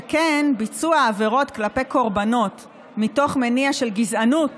שכן ביצוע עבירות כלפי קורבנות מתוך מניע של גזענות